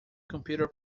computer